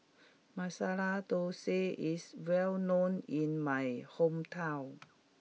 Masala Thosai is well known in my hometown